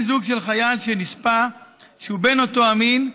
זוג של חייל שנספה שהוא בן אותו המין,